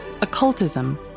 Occultism